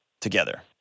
together